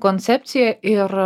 koncepciją ir